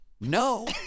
No